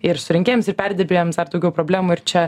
ir surinkėjams ir perdirbėjams dar daugiau problemų ir čia